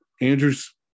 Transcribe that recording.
Andrews